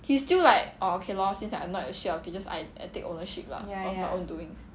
he's still like orh okay lor since I annoy the shit out of teachers I take ownership lah of my own doings